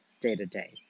day-to-day